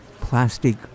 plastic